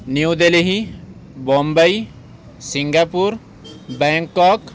new Delhi Bombay Singapore Bangkok